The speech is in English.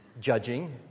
judging